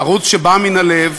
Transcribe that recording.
ערוץ שבא מן הלב,